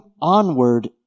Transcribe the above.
onward